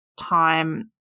time